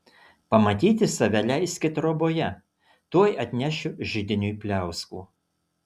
pamatyti save leiski troboje tuoj atnešiu židiniui pliauskų